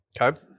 Okay